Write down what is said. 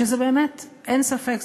ואין ספק,